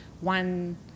one